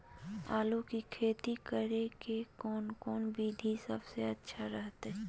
आलू की खेती करें के कौन कौन विधि सबसे अच्छा रहतय?